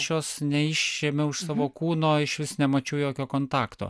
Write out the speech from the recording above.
aš jos neišėmiau iš savo kūno išvis nemačiau jokio kontakto